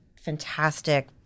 fantastic